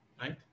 right